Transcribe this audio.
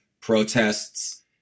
protests